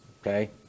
okay